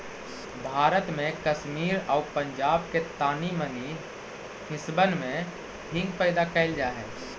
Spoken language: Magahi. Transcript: भारत में कश्मीर आउ पंजाब के तानी मनी हिस्सबन में हींग पैदा कयल जा हई